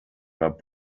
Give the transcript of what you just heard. about